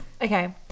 okay